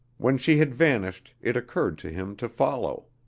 when she had vanished it occurred to him to follow.